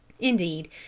Indeed